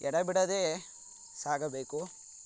ಎಡೆ ಬಿಡದೇ ಸಾಗಬೇಕು